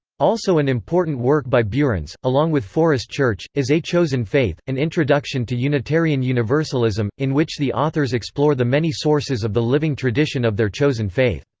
also an important work by buehrens, along with forrest church, is a chosen faith an introduction to unitarian universalism, in which the authors explore the many sources of the living tradition of their chosen faith.